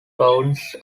pounds